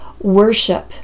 worship